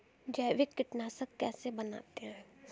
जैविक कीटनाशक कैसे बनाते हैं?